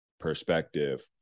Perspective